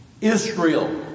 Israel